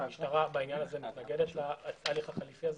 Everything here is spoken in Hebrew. המשטרה מתנגדת להליך החליפי הזה.